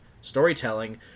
storytelling